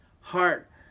heart